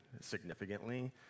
significantly